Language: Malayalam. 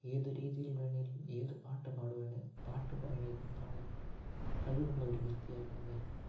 ഏത് രീതിയിൽ വേണമെങ്കിലും ഏത് പാട്ട് പാടുവാണേ പാട്ട് വേണമെങ്കിലും പാടാനും കഴിവുള്ള ഒരു വ്യക്തിയായിരുന്നു അദ്ദേഹം